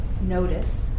notice